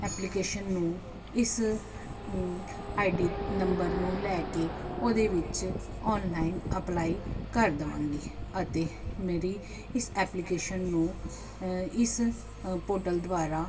application ਨੂੰ ਇਸ ID number ਨੂੰ ਲੈ ਕੇ ਉਹਦੇ ਵਿੱਚ ਆਨਲਾਈਨ ਅਪਲਾਈ ਕਰ ਦਵਾਂਗੀ ਅਤੇ ਮੇਰੀ ਇਸ ਐਪਲੀਕੇਸ਼ਨ ਨੂੰ ਇਸ ਪੋਰਟਲ ਦੁਆਰਾ